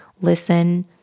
listen